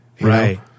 right